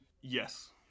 Yes